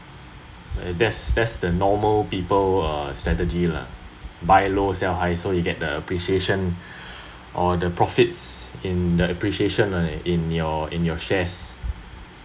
that’s that’s the normal people uh strategy lah buy low sell high so you get the appreciation or the profits in the appreciation lah in your in your shares